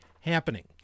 happening